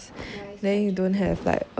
ya it's quite general